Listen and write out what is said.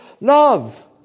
love